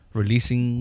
releasing